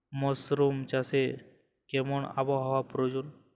Mushroom চাষে কেমন আবহাওয়ার প্রয়োজন?